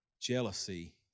jealousy